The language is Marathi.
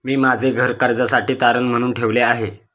मी माझे घर कर्जासाठी तारण म्हणून ठेवले आहे